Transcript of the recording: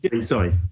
Sorry